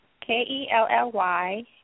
K-E-L-L-Y